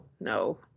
No